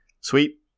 Sweet